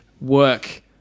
Work